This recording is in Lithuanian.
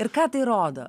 ir ką tai rodo